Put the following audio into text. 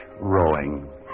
rowing